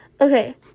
okay